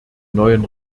neuen